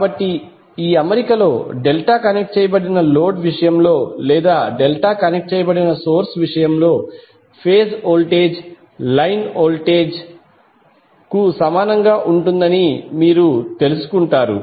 కాబట్టి ఈ అమరికలో డెల్టా కనెక్ట్ చేయబడిన లోడ్ విషయంలో లేదా డెల్టా కనెక్ట్ చేయబడిన సోర్స్ విషయంలో ఫేజ్ వోల్టేజ్ లైన్ వోల్టేజ్ కు సమానంగా ఉంటుందని మీరు తెలుసుకుంటారు